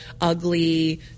ugly